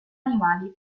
animali